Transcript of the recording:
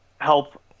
help